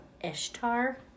Ishtar